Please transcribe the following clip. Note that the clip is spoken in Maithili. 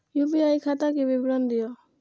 यू.पी.आई खाता के विवरण दिअ?